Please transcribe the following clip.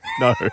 No